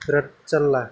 बेराद जारला